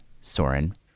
Soren